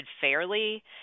fairly